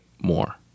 more